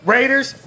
Raiders